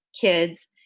kids